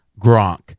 Gronk